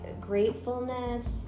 gratefulness